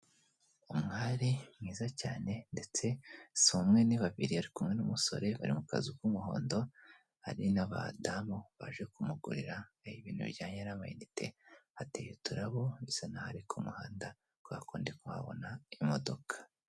Umwari mwiza cyane ndetse si umwe ni babiri, ari kumwe n'umusore bari mu kazu k'umuhondo, hari n'abadamu baje kumugurira ibintu bijyanye n'ama inite, hateye uturabo bisa n'aho ari kumuhanda kubera ko ndikuhabona imodoka.